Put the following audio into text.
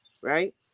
right